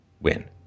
win